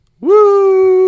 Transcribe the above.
Woo